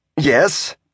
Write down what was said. Yes